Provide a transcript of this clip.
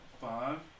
Five